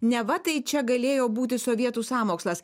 neva tai čia galėjo būti sovietų sąmokslas